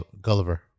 Gulliver